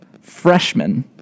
freshman